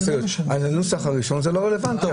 מההסתייגויות הן על הנוסח הראשון ולכן הן לא רלוונטיות.